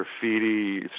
graffiti